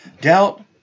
doubt